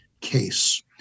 case